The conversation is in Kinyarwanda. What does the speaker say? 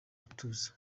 gutuza